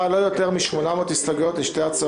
לא קיבלה סדרת הסתייגויות רוב של המצביעים,